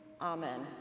Amen